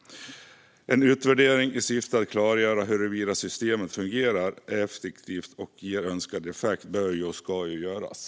En utvärdering i syfte att klargöra huruvida systemet fungerar effektivt och ger önskad effekt bör och ska göras.